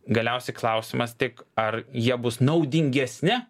galiausiai klausimas tik ar jie bus naudingesni